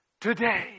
today